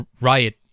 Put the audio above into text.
riot